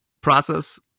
process